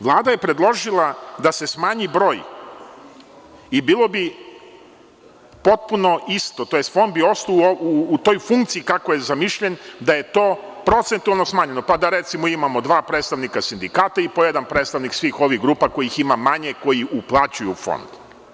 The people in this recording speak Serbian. Vlada je predložila da se smanji broj i bilo bi potpuno isto, tj. Fond bi ostao u toj funkciji kako je zamišljen da je to procentualno smanjeno, pa da recimo imamo dva predstavnika sindikata i po jedan predstavnik svih ovih grupa kojih ima manje koji uplaćuju u Fond.